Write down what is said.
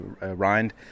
rind